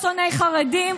אנחנו לא שונאי חרדים.